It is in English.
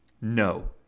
no